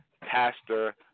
Pastor